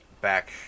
back